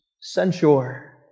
censure